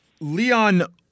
Leon